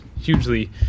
hugely